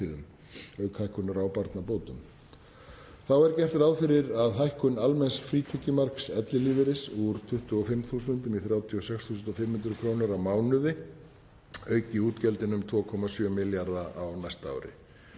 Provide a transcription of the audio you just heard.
Þá er gert ráð fyrir að hækkun almenns frítekjumarks ellilífeyris úr 25.000 kr. í 36.500 kr. á mánuði auki útgjöldin um 2,7 milljarða kr. á næsta ári.